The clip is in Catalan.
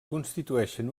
constituïxen